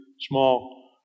small